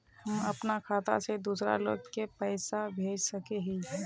हम अपना खाता से दूसरा लोग के पैसा भेज सके हिये?